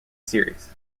series